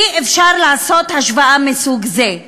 אי-אפשר לעשות השוואה מסוג זה,